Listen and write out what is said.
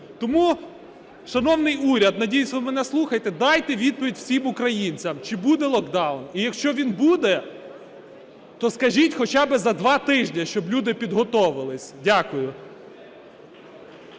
Тому, шановний уряд, надіюсь, ви мене слухаєте. Дайте відповідь всім українцям, чи буде локдаун. І якщо він буде, то скажіть хоча би за два тижні, щоб люди підготовились. Дякую.